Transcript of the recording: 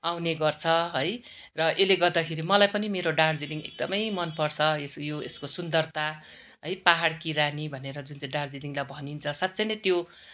आउने गर्छ है र यसले गर्दाखेरि मलाई पनि मेरो दार्जिलिङ एकदमै मनपर्छ यो यसको सुन्दरता है पहाडकी रानी भनेर जुन चाहिँ दार्जिलिङलाई भनिन्छ साँच्चै नै त्यो